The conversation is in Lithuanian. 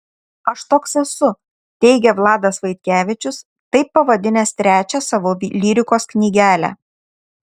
aš toks esu teigia vladas vaitkevičius taip pavadinęs trečią savo lyrikos knygelę